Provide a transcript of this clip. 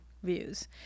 views